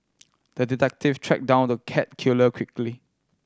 the detective tracked down the cat killer quickly